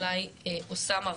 אוסאמה,